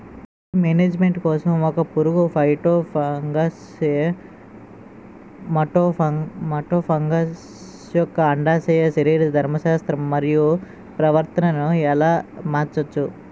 Paste management కోసం ఒక పురుగు ఫైటోఫాగస్హె మటోఫాగస్ యెక్క అండాశయ శరీరధర్మ శాస్త్రం మరియు ప్రవర్తనను ఎలా మార్చచ్చు?